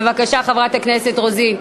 בבקשה, חברת הכנסת רוזין.